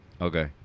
okay